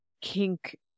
kink